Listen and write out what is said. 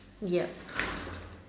yup